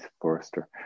Forrester